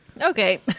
Okay